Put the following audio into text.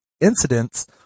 incidents